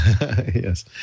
Yes